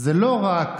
זה לא רק